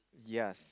yes